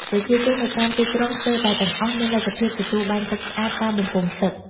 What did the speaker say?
ប្រជាជននៅតាមទីក្រុងស្ទើរតែទាំងអស់មានលទ្ធភាពទទួលបានទឹកស្អាតតាមបំពង់ទឹក។